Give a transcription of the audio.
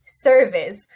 service